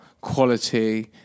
quality